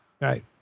Right